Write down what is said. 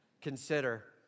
Consider